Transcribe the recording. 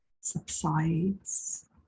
subsides